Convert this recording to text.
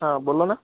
હા બોલોને